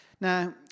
Now